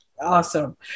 Awesome